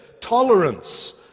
tolerance